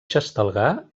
xestalgar